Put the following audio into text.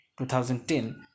2010